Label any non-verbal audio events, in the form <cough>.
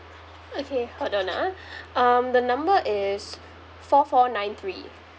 okay hold on ah <breath> um the number is four four nine three